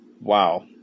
Wow